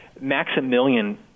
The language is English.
Maximilian